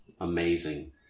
amazing